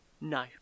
No